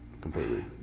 completely